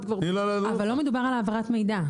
אבל לא מדובר על העברת מידע,